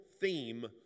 theme